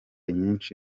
nyinshi